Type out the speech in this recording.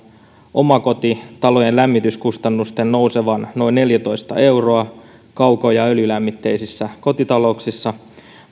omakotitalojen lämmityskustannusten nousevan noin neljätoista euroa kauko ja öljylämmitteisissä kotitalouksissa